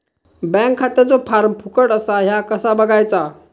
Bank खात्याचो form फुकट असा ह्या कसा बगायचा?